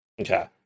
Okay